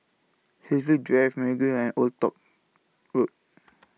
Hillview Drive Mergui and Old Toh Road